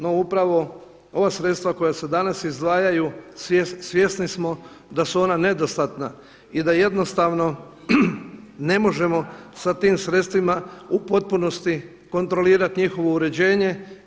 No upravo, ova sredstva koja se danas izdvajaju svjesni su da su ona nedostatna i da jednostavno ne možemo sa tim sredstvima u potpunosti kontrolirati njihovo uređenje.